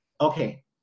okay